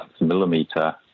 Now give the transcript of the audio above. millimeter